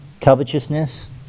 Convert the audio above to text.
covetousness